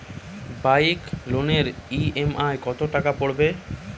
Bike লোনের EMI কত টাকা পড়বে?